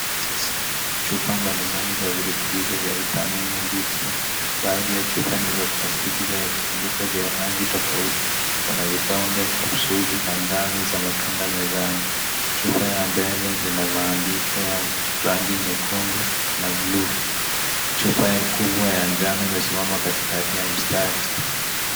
Chupa mbalimbali za virutubisho vya vitamini D3, baadhi ya chupa ni za plastiki na vifuniko vya rangi tofauti, kuna vidonge kapsuli na gami za matunda mezani chupa ya mbele zinamaandiko ya rangi nyekundu na bluu chupa kubwa ya njano imesimama katikati ya msitari.